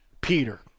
Peter